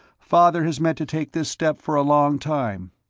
father has meant to take this step for a long time.